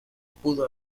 pudo